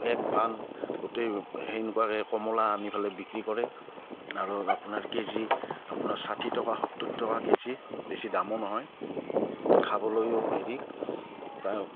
এক ভান গোটেই সেনেকুৱাকৈ কমলা আনি পেলাই বিক্ৰী কৰে আৰু আপোনাৰ কেজি আপোনাৰ ষাঠি টকা সত্তৰ টকা কেজি বেছি দামো নহয় খাবলৈও হেৰি তাৰ